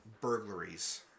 burglaries